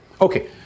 Okay